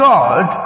God